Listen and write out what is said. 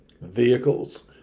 vehicles